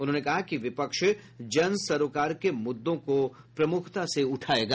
उन्होंने कहा कि विपक्ष जन सरोकार के मुद्दों को प्रमुखता से उठायेगा